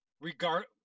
Regard